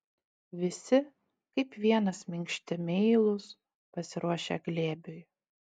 visi kaip vienas minkšti meilūs pasiruošę glėbiui